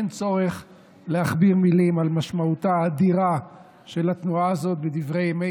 אין צורך להכביר מילים על משמעותה האדירה של התנועה הזאת בדברי ימי